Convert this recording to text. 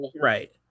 Right